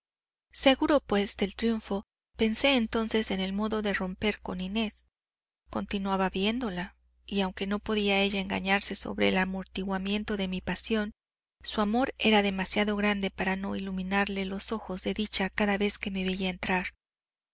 seguro pues del triunfo pensé entonces en el modo de romper con inés continuaba viéndola y aunque no podía ella engañarse sobre el amortiguamiento de mi pasión su amor era demasiado grande para no iluminarle los ojos de dicha cada vez que me veía entrar